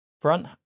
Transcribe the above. front